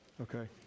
Okay